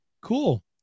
Cool